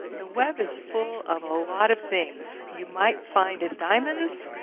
the web is full of a lot of things. you might find it diamonds,